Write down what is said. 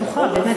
אני בטוחה, באמת.